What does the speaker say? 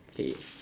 okay